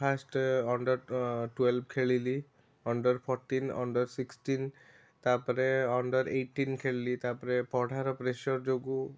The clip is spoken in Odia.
ଫାଷ୍ଟ ଅଣ୍ଡର ଟୁୱେଲଭ୍ ଖେଳିଲି ଅଣ୍ଡର ଫର୍ଟିନ୍ ଅଣ୍ଡର ସିକ୍ସଟିନ ତାପରେ ଅଣ୍ଡର ଏଇଟିଇନ ଖେଳିଲି ତାପରେ ପଢ଼ାର ପ୍ରେସର ଯୋଗୁଁ